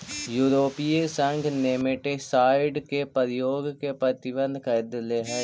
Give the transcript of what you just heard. यूरोपीय संघ नेमेटीसाइड के प्रयोग के प्रतिबंधित कर देले हई